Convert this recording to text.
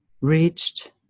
reached